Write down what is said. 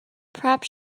perhaps